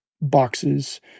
boxes